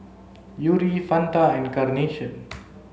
Yuri Fanta and Carnation